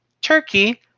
Turkey